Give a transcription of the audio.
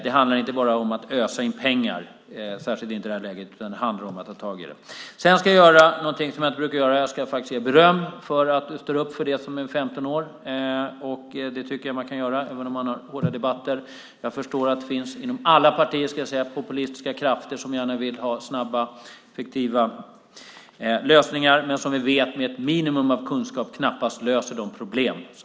Det handlar inte bara om att ösa in pengar, särskilt inte i det här läget, utan det handlar om att ta tag i det. Sedan ska jag göra någonting som jag inte brukar göra. Jag ska faktiskt ge beröm för att du, Beatrice Ask, står upp för gränsen 15 år. Det tycker jag att man kan göra även om man har hårda debatter. Jag förstår att det, inom alla partier, ska jag säga, finns populistiska krafter som gärna vill ha snabba, effektiva lösningar, men som vi vet med ett minimum av kunskap löser det knappast de problem som finns.